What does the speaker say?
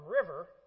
river